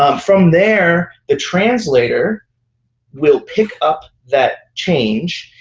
um from there, the translator will pick up that change.